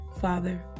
Father